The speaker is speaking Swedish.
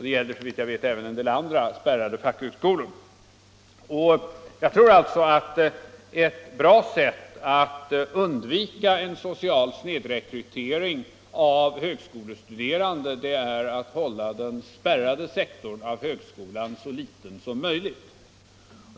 Det gäller såvitt jag vet även en del andra spärrade fackhögskolor. Jag tror alltså att ett bra sätt att undvika en social snedrekrytering av högskolestuderande är att göra den spärrade sektorn av högskolan så liten som möjligt.